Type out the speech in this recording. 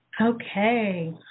Okay